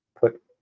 put